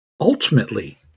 Ultimately